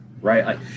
right